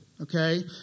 okay